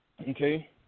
Okay